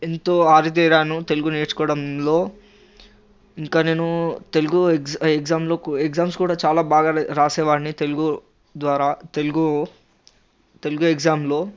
ఎంతో ఆరితేరాను తెలుగు నేర్చుకోవడంలో ఇంకా నేనూ తెలుగు ఎగ్జా ఎగ్జామ్లో కూ ఎగ్జామ్స్ కూడా చాలా బాగానే రాసే వాడ్ని తెలుగు ద్వారా తెలుగు తెలుగు ఎగ్జామ్లో